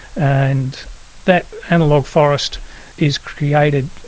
and that analogue forest is created,